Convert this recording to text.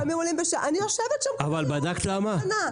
אני יושבת שם כל יום --- אבל בדקת למה?